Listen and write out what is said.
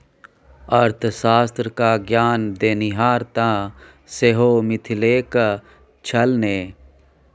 अर्थशास्त्र क ज्ञान देनिहार तँ सेहो मिथिलेक छल ने